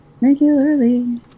regularly